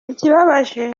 ikibabaje